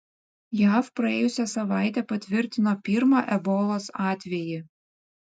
jav praėjusią savaitę patvirtino pirmą ebolos atvejį